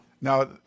Now